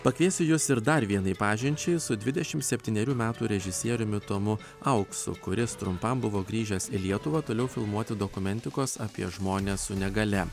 pakviesiu jus ir dar vienai pažinčiai su dvidešim septynerių metų režisieriumi tomu auksu kuris trumpam buvo grįžęs į lietuvą toliau filmuoti dokumentikos apie žmones su negalia